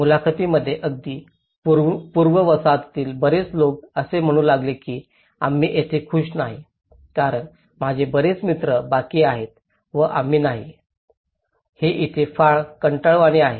मुलाखतींमध्ये अगदी पूर्व वसाहतीतील बरेच लोक असे म्हणू लागले की आम्ही येथे खूष नाही कारण माझे बरेच मित्र बाकी आहेत व आम्ही नाही हे इथे फार कंटाळवाणे आहे